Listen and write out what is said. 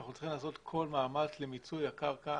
אנחנו צריכים לעשות כל מאמץ למיצוי הקרקע